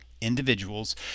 individuals